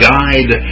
Guide